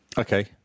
Okay